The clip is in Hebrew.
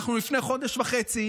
לפני חודש וחצי